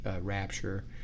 rapture